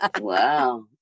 Wow